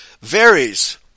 varies